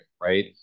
right